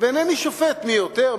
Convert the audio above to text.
ואינני שופט מי יותר,